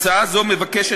הצעה זו מבקשת,